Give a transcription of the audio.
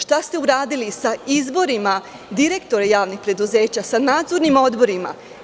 Šta ste uradili sa izborima direktora javnih preduzeća, sa nadzornim odborima?